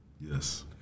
Yes